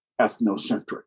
ethnocentric